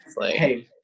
hey